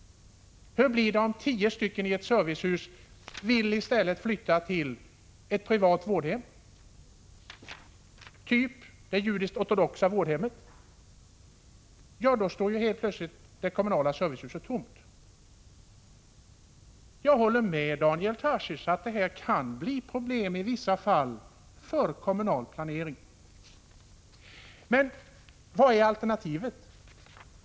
Hur blir det om tio personer i ett servicehus i stället vill flytta till ett privat vårdhem, t.ex. det judiskortodoxa vårdhemmet? Då står ju det kommunala servicehuset helt plötsligt tomt. Jag håller med Daniel Tarschys om att detta i vissa fall kan leda till problem för den kommunala planeringen. Men vad är alternativet?